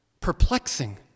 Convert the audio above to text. perplexing